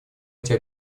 эти